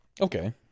Okay